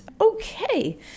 Okay